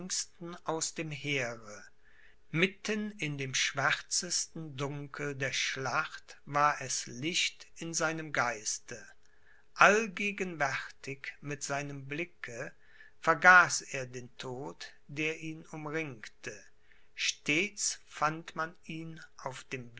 aus dem heere mitten in dem schwärzesten dunkel der schlacht war es licht in seinem geiste allgegenwärtig mit seinem blicke vergaß er den tod der ihn umringte stets fand man ihn auf dem